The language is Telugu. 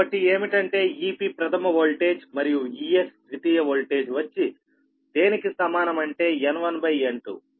కాబట్టి ఏమిటంటే Ep ప్రధమ వోల్టేజ్ మరియు Es ద్వితీయ వోల్టేజ్ వచ్చి దేనికి సమానం అంటే N1N2